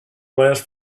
last